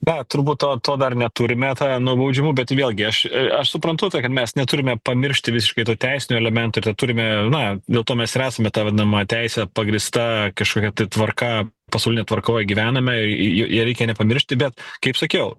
na turbūt to to dar neturime tą nubaudžiamų bet vėlgi aš aš suprantu tai kad mes neturime pamiršti visiškai to teisinio elemento ir to turime na dėl to mes ir esame ta vadinama teise pagrįsta kažkokia tai tvarka pasaulinė tvarkoj gyvename i i ją reikia nepamiršti bet kaip sakiau